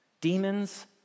Demons